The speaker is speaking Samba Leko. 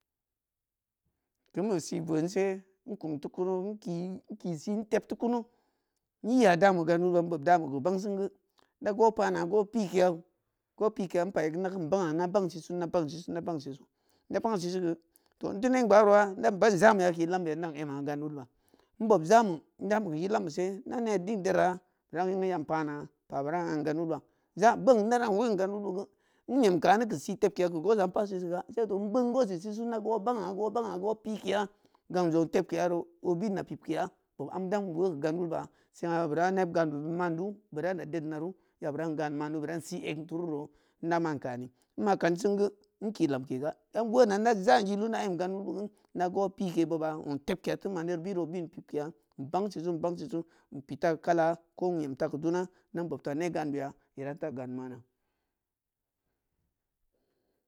Kin bi seē vōo seē nku ti kugnu nki seē tap ti kunu nyi ya da mai gan wulbā nbob da ma ki bang sengu nda gwo panā gwa pikeyā npanyi gu nda pan sesūnda pan sesu nda pan sesu. Toh nti ne gwarowa ndan ban jame ji yil ambē a ndan yam gan wulba, nbob jamai ki yil ambe seē nda ne din dera bu dan kin ya pana, pau bu dan kin yana gan wulba bgen nda dan wonin gan wulbu guū nyen ki akin ku see tapke ki gwosa npaa sesu ga saito ngbeng gwosu sesu, nda gwo nbengaa gwo aben a’a gwo pikeya gaun zong tepkeya ro ō bin̄ na pipkeya bob an in wume be gan wulba saā bu da neb gambe man dō bu dan na dednatu bu dan seē yegturu rō nda man kāa ni, nma kan sangu nki lemke ga nda wo na nda jun jaa yilugu n da yem gal wulbe gwu nda gwo pike bobbā zon tebkeya tin man do biy obin zon pipkeya ngbeng sesungbeng sesu npi ta kala ko nyem ta ku dunna da nbobta neb gan beya bu dan ta gan mana.